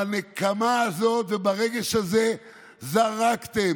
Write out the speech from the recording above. בנקמה הזאת וברגש הזה זרקתם,